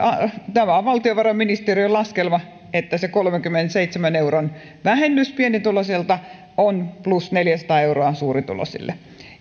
tämä on valtiovarainministeriön laskelma että se kolmenkymmenenseitsemän euron vähennys pienituloisilta on plus neljäsataa euroa suurituloisille